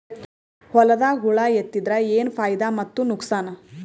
ಹೊಲದಾಗ ಹುಳ ಎತ್ತಿದರ ಏನ್ ಫಾಯಿದಾ ಮತ್ತು ನುಕಸಾನ?